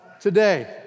today